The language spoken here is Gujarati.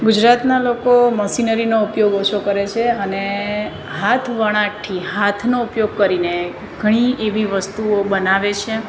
ગુજરાતના લોકો મશીનરી ઉપયોગ ઓછો કરે છે અને હાથ વણાટથી હાથનો ઉપયોગ કરીને ઘણી એવી વસ્તુઓ બનાવે છે